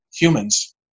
humans